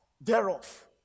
thereof